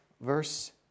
Verse